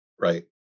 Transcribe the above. right